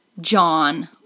John